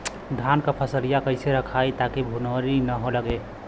धान क फसलिया कईसे रखाई ताकि भुवरी न लगे?